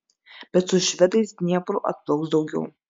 bet su švedais dniepru atplauks daugiau